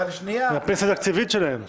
על הפנסיה התקציבית שלהם.